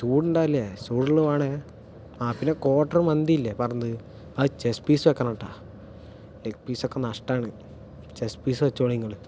ചൂടുണ്ടാവില്ലേ ചൂടുള്ളത് വേണേ ആ പിന്നെ ക്വാട്ടർ മന്തിയില്ലേ പറഞ്ഞത് അത് ചെസ്റ്റ് പീസ് വെക്കണട്ടാ ലെഗ് പീസക്കെ നഷ്ട്ടാണ് ചെസ്റ്റ് പീസ് വച്ചോളി ഇങ്ങള്